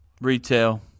Retail